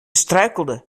struikelde